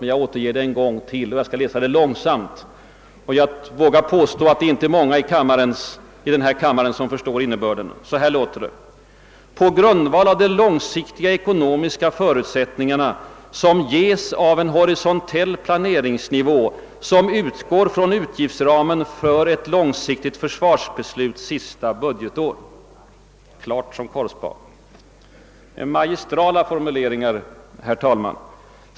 Men jag återger det en gång till och jag skall läsa det långsamt. Jag vågar påstå att det inte är många i denna kammare som förstår innebörden. Det låter så här: »Mot denna bakgrund bör planeringen ske på grundval av de långsiktiga ekonomiska förutsättningarna som ges av en horisontell planeringsnivå som utgår från utgiftsramen för ett långsiktigt försvarsbesluts sista budgetår.» Klart som korvspad! Det är magistrala formuleringar, herr talman!